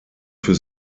für